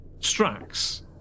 Strax